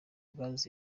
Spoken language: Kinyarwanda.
gaz